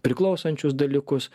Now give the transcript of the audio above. priklausančius dalykus